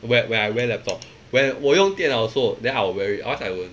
when when I wear laptop when 我用电脑的时候 then I will wear it or else I won't